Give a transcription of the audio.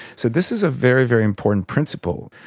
so this is a very, very important principle.